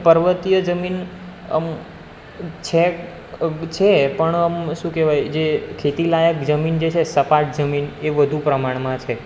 પર્વતીય જમીન આમ છેક છે પણ આમ શું કહેવાય જે ખેતીલાયક જમીન જે છે સપાટ જમીન એ વધુ પ્રમાણમાં છે